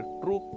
true